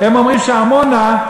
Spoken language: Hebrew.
הם אומרים שעמונה,